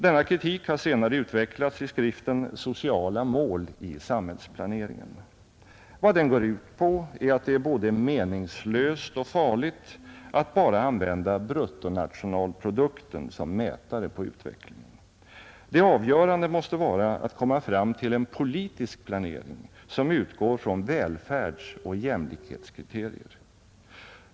Denna kritik har senare utvecklats i skriften Sociala mål i samhällsplaneringen. Vad den går ut på är att det är både meningslöst och farligt att bara använda bruttonationalprodukten som mätare på utvecklingen. Det avgörande måste vara att komma fram till en politisk planering som utgår från välfärdsoch jämlikhetskriterier.